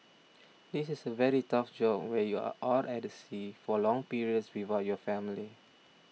this is a very tough job where you are out at the sea for long periods without your family